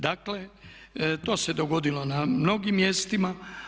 Dakle, to se dogodilo na mnogim mjestima.